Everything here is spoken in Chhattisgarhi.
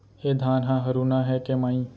ए धान ह हरूना हे के माई?